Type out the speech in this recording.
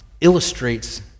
illustrates